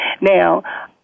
Now